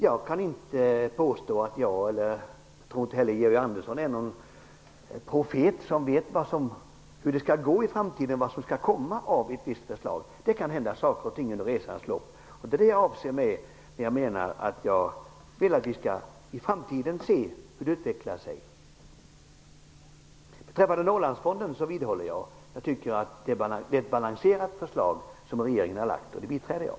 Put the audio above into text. Jag kan inte påstå att jag -- och det gäller väl också Georg Andersson -- är en profet som vet hur det kommer att gå i framtiden eller vad ett visst förslag kommer att resultera i. Saker och ting kan ju hända under resans gång. Det är det jag åsyftar när jag säger att jag vill att vi skall se hur det hela utvecklas i framtiden. Beträffande Norrlandsfonden vidhåller jag att det är ett balanserat förslag som regeringen har lagt fram, och det förslaget biträder jag.